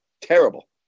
Terrible